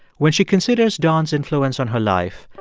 when she considers don's influence on her life,